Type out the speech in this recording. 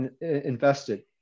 invested